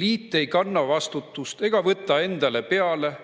"Liit ei kanna vastutust ega võta enda peale